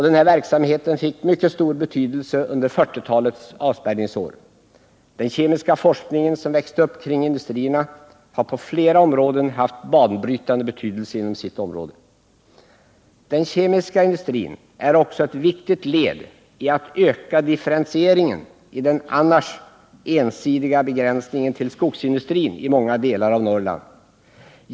Denna verksamhet fick stor betydelse under 1940 talets avspärrningsår, och den kemiska forskning som växte upp kring 135 industrierna har på flera områden haft banbrytande betydelse. Den kemiska industrin är också ett viktigt led i ansträngningarna att öka differentieringen i den annars ensidiga begränsningen till skogsindustrin i många delar av Norrland.